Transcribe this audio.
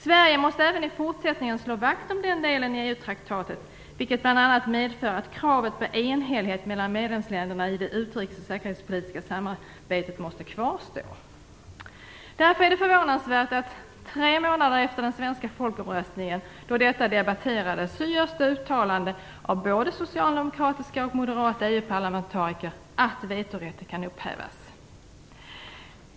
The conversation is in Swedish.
Sverige måste även i fortsättningen slå vakt om den delen i EU-traktatet, vilket bl.a. medför att kravet på enhällighet mellan medlemsländerna i det utrikes och säkerhetspolitiska samarbetet måste kvarstå. Därför är det förvånansvärt att det tre månader efter den svenska folkomröstningen, då detta debatterades, görs uttalanden av både socialdemokratiska och moderata EU-parlamentariker om att vetorätten kan upphävas.